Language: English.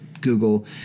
Google